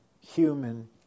human